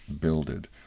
builded